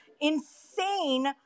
insane